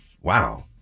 Wow